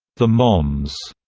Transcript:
the moms,